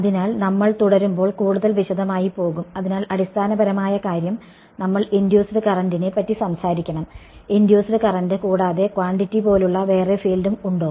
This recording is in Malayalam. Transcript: അതിനാൽ നമ്മൾ തുടരുമ്പോൾ കൂടുതൽ വിശദമായി പോകും എന്നാൽ അടിസ്ഥാനപരമായ കാര്യം നമ്മൾ ഇൻഡ്യൂസ്ഡ് കറന്റിനെ പറ്റി സംസാരിക്കണം ഇൻഡ്യൂസ്ഡ് കറന്റ് കൂടാതെ ക്വാണ്ടിറ്റി പോലുള്ള വേറെ ഫീൽഡും ഉണ്ടോ